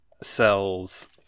sells